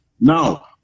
now